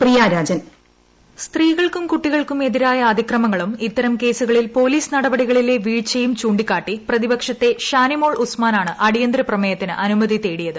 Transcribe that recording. നിയമസഭ വോയ്സ് സ്ത്രീകൾക്കും കുട്ടികൾക്കും എതിരായ അതിക്രമങ്ങളും ഇത്തരം കേസുകളിൽ പോലീസ് നടപടികളിലെ വീഴ്ചയും ചൂണ്ടിക്കാട്ടി പ്രതിപക്ഷത്തെ ഷാനിമോൾ ഉസ്മാനാണ് അടിയന്തരപ്രമേയത്തിന് അനുമതി തേടിയത്